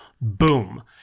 boom